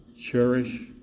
Cherish